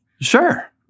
Sure